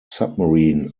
submarine